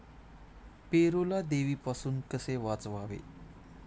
पेरूला देवीपासून कसे वाचवावे?